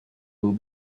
will